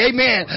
Amen